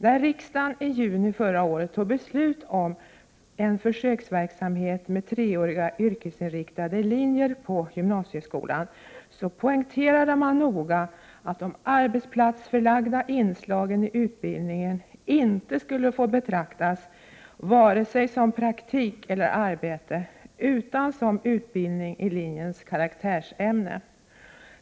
När riksdagen i juni förra året fattade beslut om en försöksverksamhet med treåriga yrkesinriktade linjer på gymnasieskolan så poängterade man noga att de arbetsplatsförlagda inslagen i utbildningen inte skulle få betraktas vare sig som praktik eller arbete, utan som utbildning i linjens karaktärsämne.